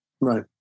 Right